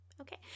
Okay